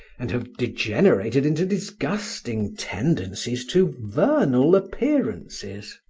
and have degenerated into disgusting tendencies to vernal appearances.